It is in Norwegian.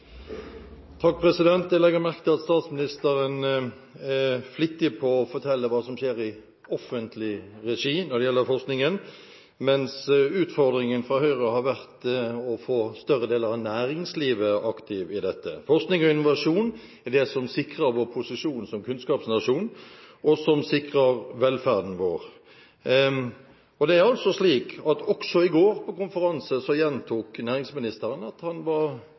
Jeg legger merke til at statsministeren er flittig til å fortelle hva som skjer i offentlig regi når det gjelder forskningen, mens utfordringen for Høyre har vært å få større deler av næringslivet aktiv i dette. Forskning og innovasjon er det som sikrer vår posisjon som kunnskapsnasjon, og som sikrer velferden vår. Også i går, på konferansen, gjentok næringsministeren at han ikke var